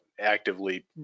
actively